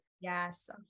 yes